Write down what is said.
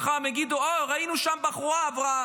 מחר הם יגידו: אוה, ראינו שם בחורה שעברה